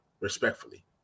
respectfully